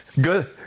Good